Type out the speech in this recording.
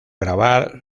grabar